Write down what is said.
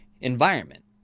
environment